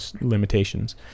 limitations